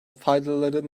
faydaları